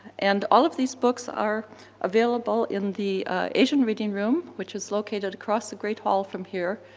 and all of these books are available in the asian reading room, which is located across the great hall from here,